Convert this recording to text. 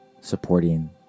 supporting